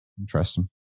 Interesting